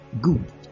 Good